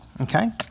Okay